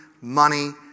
money